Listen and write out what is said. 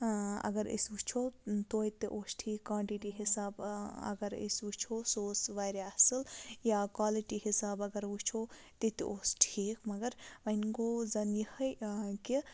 اگر أسۍ وٕچھو توتہِ اوس ٹھیٖک کانٹِٹی حِساب اگر أسۍ وٕچھو سُہ اوس واریاہ اَصٕل یا کالِٹی حِساب اگر وٕچھو تہِ تہِ اوس ٹھیٖک مگر وۄنۍ گوٚو زَن یِہٕے کہِ